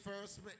first